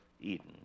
Eden